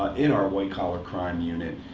ah in our white collar crime unit.